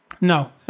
No